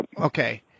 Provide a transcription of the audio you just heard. Okay